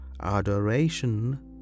Adoration